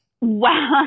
wow